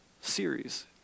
series